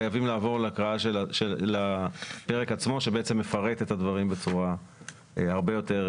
חייבים לעבור להקראה של הפרק עצמו שמפרט את הדברים בצורה הרבה יותר